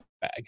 bag